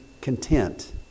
content